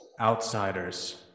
Outsiders